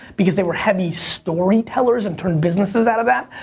because they were heavy storytellers and turned businesses out of that.